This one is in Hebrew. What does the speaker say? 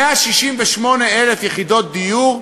הסתייגויותיך תוכל לומר את כל אשר על לבך.